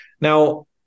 Now